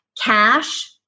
cash